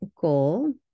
goal